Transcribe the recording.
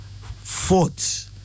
fought